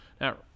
Now